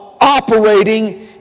operating